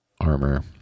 Armor